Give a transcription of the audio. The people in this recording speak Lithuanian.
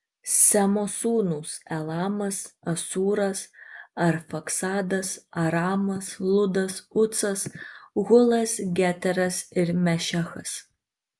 semo sūnūs elamas asūras arfaksadas aramas ludas ucas hulas geteras ir mešechas